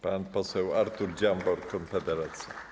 Pan poseł Artur Dziambor, Konfederacja.